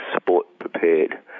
sport-prepared